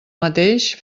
mateix